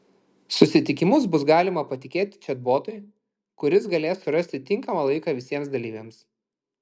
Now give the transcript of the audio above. susitikimus bus galima patikėti čatbotui kuris galės surasti tinkamą laiką visiems dalyviams